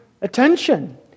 attention